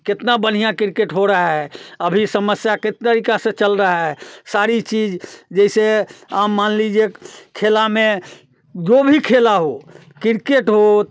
कितना बढ़िया किर्केट हो रहा है अभी समस्या कितने तरीक़े से चल रही है सारी चीज़ जैसे मान लीजिए खेल में जो भी खेल हो किर्केट हो